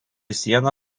sieną